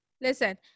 Listen